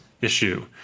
issue